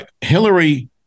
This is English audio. Hillary